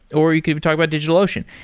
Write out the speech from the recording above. or you can talk about digitalocean.